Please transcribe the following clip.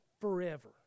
forever